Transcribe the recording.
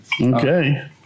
Okay